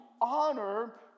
honor